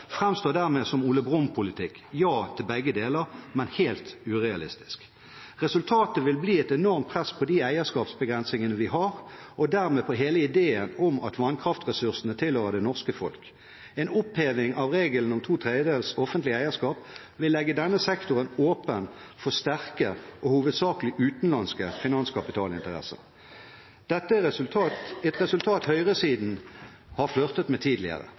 framstår dermed som Ole Brumm-politikk, ja til begge deler, men helt urealistisk. Resultatet vil bli et enormt press på de eierskapsbegrensningene vi har, og dermed på hele ideen om at vannkraftressursene tilhører det norske folk. En oppheving av regelen om to tredjedeler offentlig eierskap vil legge denne sektoren åpen for sterke og hovedsakelig utenlandske finanskapitalinteresser. Dette er et resultat høyresiden har flørtet med tidligere.